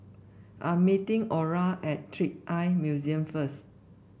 I'm meeting Orra at Trick Eye Museum first